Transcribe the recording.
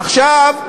עכשיו,